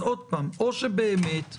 אז או שבאמת הצלחנו,